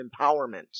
empowerment